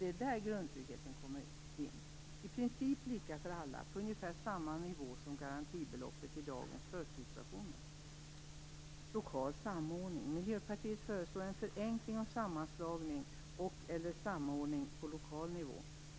Det är där grundtryggheten kommer in, i princip lika för alla, på ungefär samma nivå som garantibeloppet i dagens förtidspensioner. Jag kommer så till frågan om lokal samordning. Miljöpartiet föreslår en förenkling och sammanslagning och/eller samordning på lokal nivå.